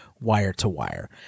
wire-to-wire